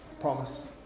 promise